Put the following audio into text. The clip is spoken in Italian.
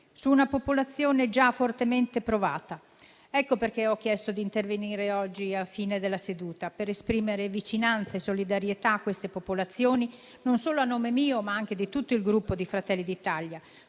su una popolazione già fortemente provata. Ecco perché ho chiesto di intervenire oggi, a fine seduta, per esprimere vicinanza e solidarietà a queste popolazioni, a nome non solo mio, ma anche di tutto il Gruppo Fratelli d'Italia,